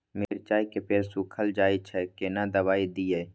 मिर्चाय के पेड़ सुखल जाय छै केना दवाई दियै?